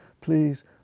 please